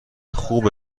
خوب